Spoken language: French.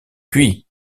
puis